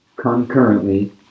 concurrently